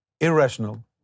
irrational